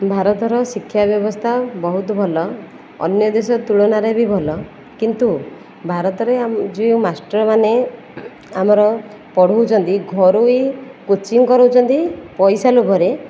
ଭାରତର ଶିକ୍ଷା ବ୍ୟବସ୍ଥା ବହୁତ ଭଲ ଅନ୍ୟ ଦେଶ ତୁଳନାରେ ବି ଭଲ କିନ୍ତୁ ଭାରତରେ ଯେଉଁ ମାଷ୍ଟର୍ମାନେ ଆମର ପଢ଼ଉଛନ୍ତି ଘରୋଇ କୋଚିଂ କରୁଛନ୍ତି ପଇସା ଲୋଭରେ